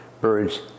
birds